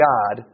God